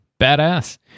Badass